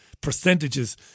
percentages